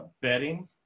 betting